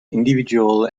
individual